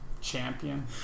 champion